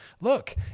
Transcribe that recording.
Look